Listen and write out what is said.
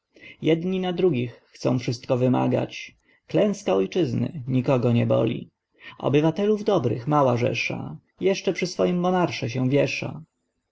jedni na drugich chcą wszystko wymagać klęska ojczyzny nikogo nie boli obywatelów dobrych mała rzesza jeszcze przy swoim monarsze się wiesza